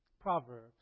Proverbs